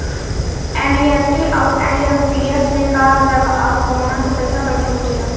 NEFT आउर IMPS मे का अंतर बा और आउर कौना से पैसा पहिले पहुंचेला?